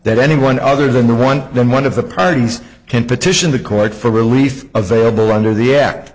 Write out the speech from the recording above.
that anyone other than the one in one of the parties can petition the court for relief available under the act